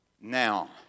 Now